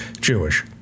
Jewish